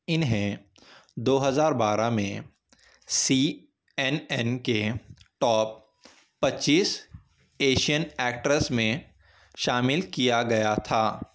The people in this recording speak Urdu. انہیں دو ہزار بارہ میں سی این این کے ٹاپ پچیس ایشین ایکٹرس میں شامل کیا گیا تھا